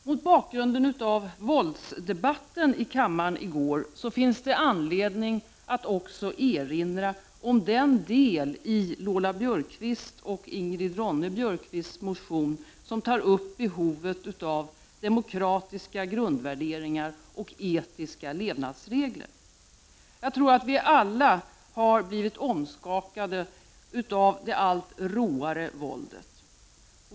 Mot bakgrund av våldsdebatten i kammaren i går finns det anledning att också erinra om den del i Lola Björkquists och Ingrid Ronne-Björkqvists motion som tar upp behovet av demokratiska grundvärderingar och etiska levnadsregler. Jag tror att vi alla har blivit omskakade av det allt råare våldet.